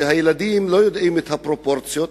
הילדים לא יודעים את הפרופורציות,